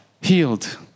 healed